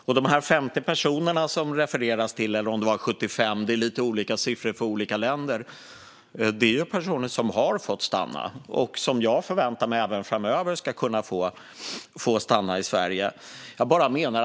De 50 eller 75 personer som det refereras till - det är lite olika siffror för olika länder - är ju personer som har fått stanna och som jag förväntar mig skulle kunna få stanna i Sverige även framöver.